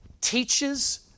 teaches